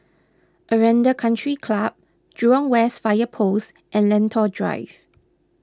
Aranda Country Club Jurong West Fire Post and Lentor Drive